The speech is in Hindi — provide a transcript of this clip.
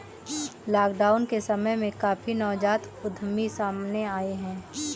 लॉकडाउन के समय में काफी नवजात उद्यमी सामने आए हैं